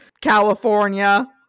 California